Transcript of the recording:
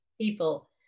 people